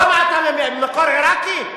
למה, אתה ממקור עירקי?